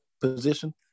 position